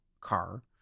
car